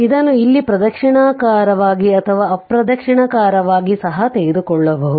ಇದನ್ನು ಇಲ್ಲಿ ಪ್ರದಕ್ಷಿಣಾಕಾರವಾಗಿ ಅಥವಾ ಅಪ್ರದಕ್ಷಿಣಾಕಾರವಾಗಿ ಸಹ ತೆಗೆದುಕೊಳ್ಳಬಹುದು